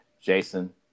Jason